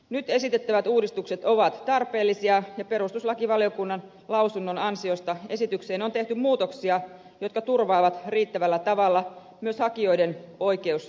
nyt esitettävät uudistukset ovat tarpeellisia ja perustuslakivaliokunnan lausunnon ansiosta esitykseen on tehty muutoksia jotka turvaavat riittävällä tavalla myös hakijoiden oikeusturvan